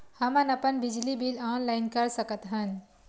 हमन अपन बिजली बिल ऑनलाइन कर सकत हन?